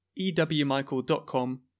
ewmichael.com